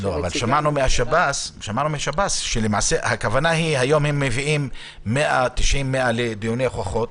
--- שמענו משב"ס שהיום הם מביאים 190 לדיוני הוכחות,